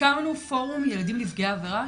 הקמנו "פורום ילדים נפגעי עבירה".